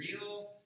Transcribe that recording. real